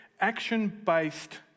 action-based